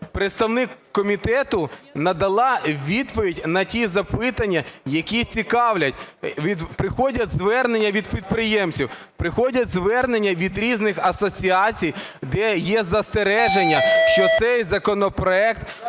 представник комітету надала відповідь на ті запитання, які цікавлять. Приходять звернення від підприємців, приходять звернення від різних асоціацій, де є застереження, що цей законопроект